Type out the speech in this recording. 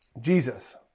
Jesus